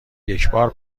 یکبار